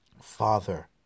Father